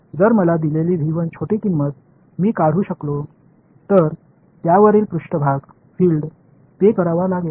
जर मला दिलेली छोटी किंमत मी काढू शकलो तर त्यावरील पृष्ठभाग फील्ड पे करावा लागेल